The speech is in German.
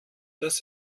dass